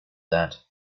that